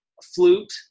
flute